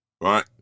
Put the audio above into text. Right